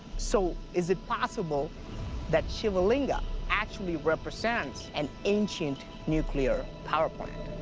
so is it possible that shiva linga actually represents an ancient nuclear power plant?